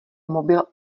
mobil